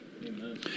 Amen